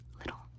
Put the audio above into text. little